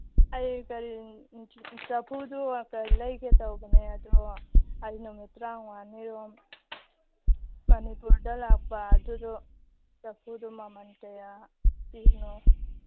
ꯑꯩ ꯀꯔꯤ ꯆꯐꯨꯗꯨ ꯂꯩꯒꯦ ꯇꯧꯕꯅꯦ ꯑꯗꯣ ꯑꯩ ꯅꯨꯃꯤꯠ ꯇꯔꯥꯃꯉꯥꯅꯤꯔꯣꯝ ꯃꯅꯤꯄꯨꯔꯗ ꯂꯥꯛꯄ ꯑꯗꯨꯗꯣ ꯆꯐꯨꯗꯨ ꯃꯃꯜ ꯀꯌꯥ ꯄꯤꯔꯤꯅꯣ